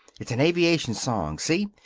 it's an aviation song, see?